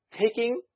taking